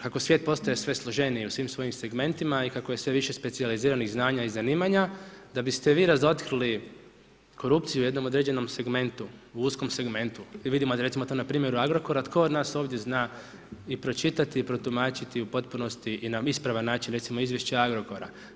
Kako svijet postaje sve složeniji u svim svojim segmentima i kako je sve više specijaliziranih znanja i zanimanja, da biste vi razotkrili korupciju u jednom određenom segmentu, u uskom segmentu i vidimo to recimo, na primjeru Agrokora, tko od nas ovdje zna i pročitati i protumačiti u potpunosti i na ispravan način recimo, izvješće Agrokora?